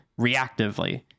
reactively